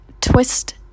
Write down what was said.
twist